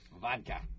Vodka